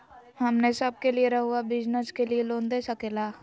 हमने सब के लिए रहुआ बिजनेस के लिए लोन दे सके ला?